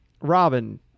robin